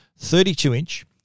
32-inch